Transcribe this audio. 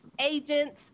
agents